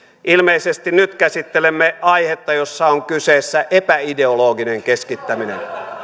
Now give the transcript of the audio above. ilmeisesti nyt käsittelemme aihetta jossa on kyseessä epä ideologinen keskittäminen